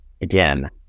again